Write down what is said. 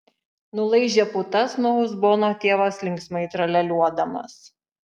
nulaižė putas nuo uzbono tėvas linksmai tralialiuodamas